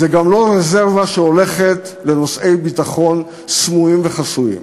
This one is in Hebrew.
זו גם לא רזרבה שהולכת לנושאי ביטחון סמויים וחסויים.